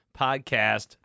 podcast